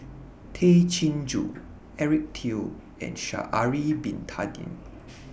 Tay Chin Joo Eric Teo and Sha'Ari Bin Tadin